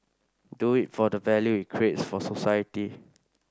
do it for the value it creates for society